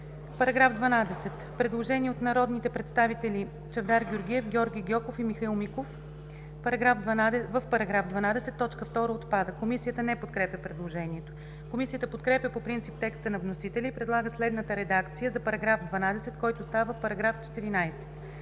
По § 12 има предложение от народните представители Чавдар Георгиев, Георги Гьоков и Михаил Миков – в § 12 т. 2 отпада. Комисията не подкрепя предложението. Комисията подкрепя по принцип текста на вносителя и предлага следната редакция за § 12, който става § 14: „§ 14.